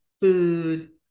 food